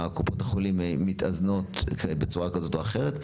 קופות החולים מתאזנות בצורה כזו או אחרת.